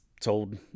told